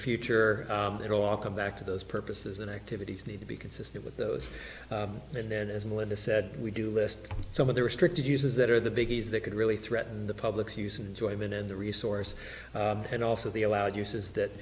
future it will all come back to those purposes and activities need to be consistent with those and then as melinda said we do list some of the restricted uses that are the biggies that could really threaten the public's use and join in and the resource and also the allowed uses that